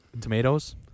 tomatoes